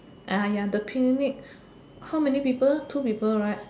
ya the picnic how many people two people right